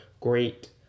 great